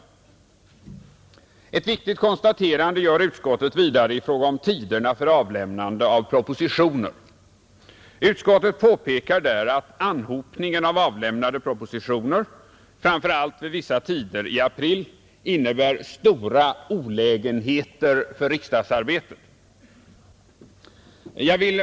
rådens ämbetsutöv Vidare gör utskottet ett viktigt konstaterande när det gäller tiderna ning m.m. för avlämnande av propositioner. Utskottet påpekar att anhopningen av avlämnade propositioner framför allt under vissa tider i april ”innebär stora olägenheter för riksdagsarbetet”.